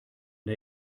der